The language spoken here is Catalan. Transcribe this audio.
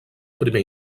primer